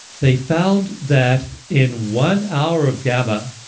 they found that in one hour of gamma,